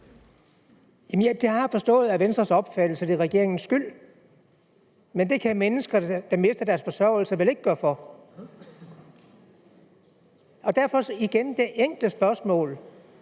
Jamen det har jeg forstået er Venstres opfattelse, altså at det er regeringens skyld. Men det kan de mennesker, der mister deres forsørgelse, vel ikke gøre for. Og derfor igen det enkle spørgsmål: